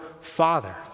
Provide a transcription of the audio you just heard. Father